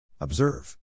Observe